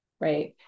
right